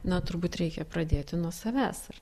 na turbūt reikia pradėti nuo savęs ar